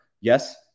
Yes